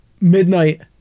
midnight